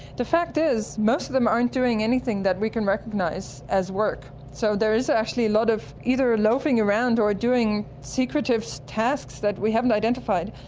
the fact is, most of them aren't doing anything that we can recognise as work. so there is actually a lot of either loafing around or doing secretive so tasks that we haven't identified.